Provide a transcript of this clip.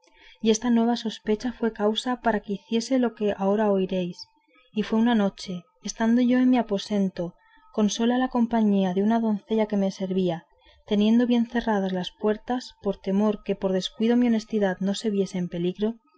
y esta nueva o sospecha fue causa para que hiciese lo que ahora oiréis y fue que una noche estando yo en mi aposento con sola la compañía de una doncella que me servía teniendo bien cerradas las puertas por temor que por descuido mi honestidad no se viese en peligro